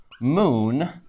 moon